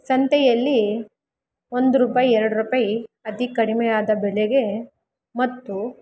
ಸಂತೆಯಲ್ಲಿ ಒಂದು ರೂಪಾಯಿ ಎರಡು ರೂಪಾಯಿ ಅತಿ ಕಡಿಮೆಯಾದ ಬೆಲೆಗೆ ಮತ್ತು